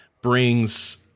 brings